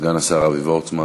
סגן השר אבי וורצמן